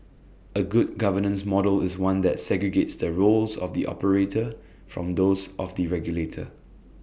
A good governance model is one that segregates the roles of the operator from those of the regulator